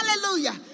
Hallelujah